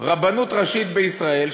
רבנות ראשית בישראל,